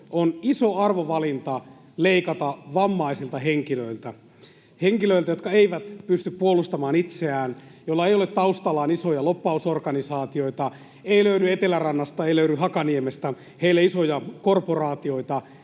on iso arvovalinta leikata vammaisilta henkilöiltä — henkilöiltä, jotka eivät pysty puolustamaan itseään, joilla ei ole taustallaan isoja lobbausorganisaatioita. Ei löydy Etelärannasta, ei löydy Hakaniemestä heille isoja korporaatioita.